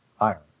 iron